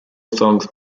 songs